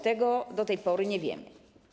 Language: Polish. Tego do tej pory nie wiemy.